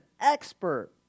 expert